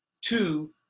Two